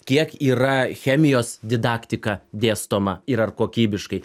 kiek yra chemijos didaktika dėstoma ir ar kokybiškai